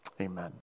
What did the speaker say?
Amen